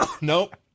Nope